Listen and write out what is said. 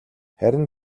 харин